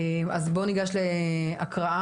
אז בואו נגיש להקראה.